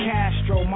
Castro